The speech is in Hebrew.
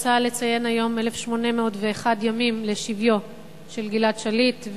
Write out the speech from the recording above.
אני רוצה לציין היום 1,801 ימים לשביו של גלעד שליט,